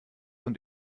und